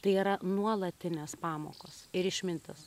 tai yra nuolatinės pamokos ir išmintis